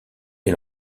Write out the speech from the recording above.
est